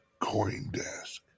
CoinDesk